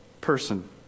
person